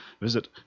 visit